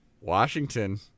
Washington